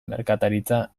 merkataritza